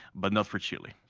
but not for chile.